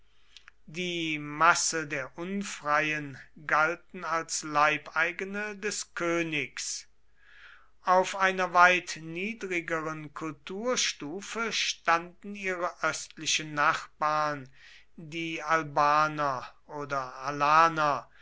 die masse der unfreien galten als leibeigene des königs auf einer weit niedrigeren kulturstufe standen ihre östlichen nachbarn die albaner oder alaner